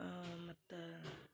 ಮತ್ತು